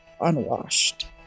unwashed